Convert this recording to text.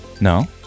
No